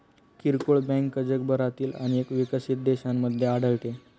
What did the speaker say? किरकोळ बँक जगभरातील अनेक विकसित देशांमध्ये आढळते